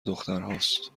دخترهاست